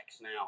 now